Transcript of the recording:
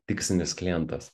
tikslinis klientas